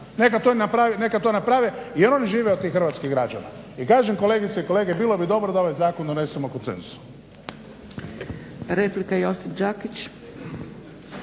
neka to naprave jer oni žive od tih hrvatskih građana. I kažem kolegice i kolege bilo bi dobro da ovaj zakon donesemo konsenzusom.